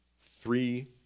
three